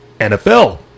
NFL